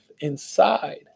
inside